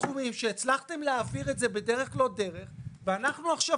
סכומים ו הצלחתם להעביר אותם בדרך לא דרך ואנחנו עכשיו